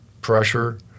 pressure